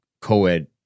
co-ed